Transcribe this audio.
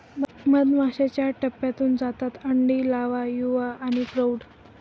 मधमाश्या चार टप्प्यांतून जातात अंडी, लावा, युवा आणि प्रौढ